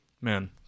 Man